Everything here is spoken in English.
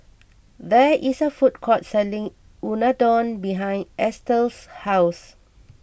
there is a food court selling Unadon behind Estel's house